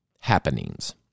happenings